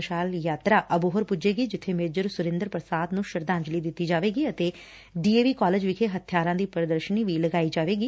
ਤਿਨ ਮਾਰਚ ਨੁੰ ਇਹ ਵਿਜੈ ਮਸ਼ਾਲ ਯਾਤਰਾ ਅਬੋਹਰ ਪੁੱਜੇਗੀ ਜਿੱਥੇ ਮੇਜਰ ਸੁਰਿੰਦਰ ਪੁਸ਼ਾਦ ਨੁੰ ਸ਼ਰਧਾਂਜਲੀ ਦਿੱਤੀ ਜਾਵੇਗੀ ਅਤੇ ਡੀ ਏ ਵੀ ਕਾਲਜ ਵਿਖੇ ਹਬਿਆਰਾਂ ਦੀ ਪ੍ਰਦਰਸ਼ਨੀ ਵੀ ਲਗਾਈ ਜਾਵੇਗੀ